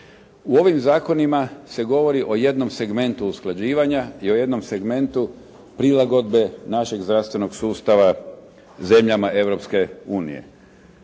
U ovim zakonima se govori o jednom segmentu usklađivanja i o jednom segmentu prilagodbe našeg zdravstvenog sustava zemljama